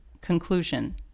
conclusion